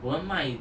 what am I